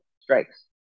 strikes